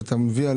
שאתה מביא,